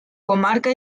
comarca